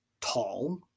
tall